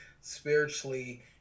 spiritually